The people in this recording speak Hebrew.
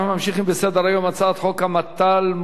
אנחנו ממשיכים בסדר-היום: הצעת חוק המת"ל,